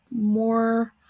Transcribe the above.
more